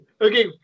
okay